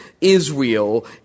Israel